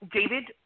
David